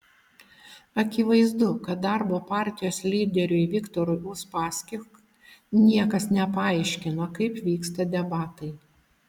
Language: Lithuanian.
akivaizdu kad darbo partijos lyderiui viktorui uspaskich niekas nepaaiškino kaip vyksta debatai